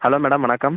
hello madam வணக்கம்